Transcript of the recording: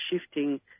shifting